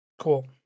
Cool